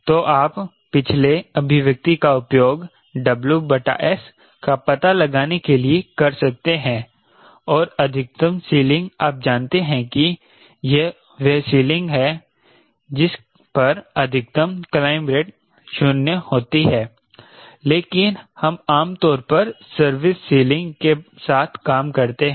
तो आप पिछले अभिव्यक्ति का उपयोग WS का पता लगाने के लिए कर सकते हैं और अधिकतम सीलिंग आप जानते हैं कि यह वह सीलिंग है जिस पर अधिकतम क्लाइंब रेट 0 होती है लेकिन हम आम तौर पर सर्विस सीलिंग के साथ काम करते हैं